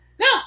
No